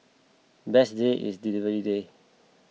best day is delivery day